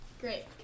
Great